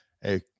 Hey